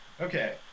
Okay